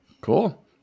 Cool